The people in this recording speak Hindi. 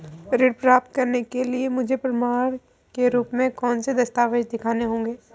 ऋण प्राप्त करने के लिए मुझे प्रमाण के रूप में कौन से दस्तावेज़ दिखाने होंगे?